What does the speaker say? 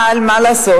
אבל מה לעשות,